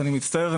אני מצטער,